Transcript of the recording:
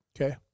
Okay